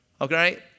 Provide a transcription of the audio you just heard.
Okay